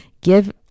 give